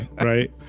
Right